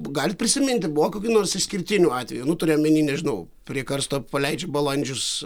galit prisiminti buvo kokių nors išskirtinių atvejų nu turiu omeny nežinau prie karsto paleidžia balandžius